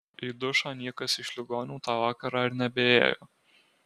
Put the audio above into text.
į dušą niekas iš ligonių tą vakarą ir nebeėjo